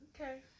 Okay